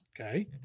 okay